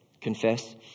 Confess